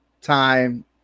time